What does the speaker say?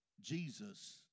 Jesus